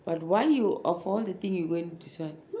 but why you of all the thing you go and this one